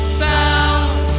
found